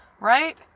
right